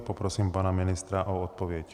A poprosím pana ministra o odpověď.